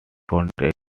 contract